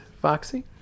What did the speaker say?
Foxy